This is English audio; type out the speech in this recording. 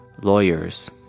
lawyers